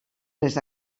les